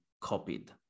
copied